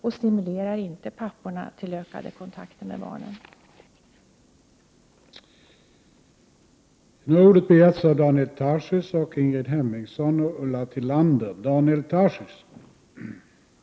Vidare stimulerar inte vårdnadsbidraget till ökade kontakter mellan pappa och barn.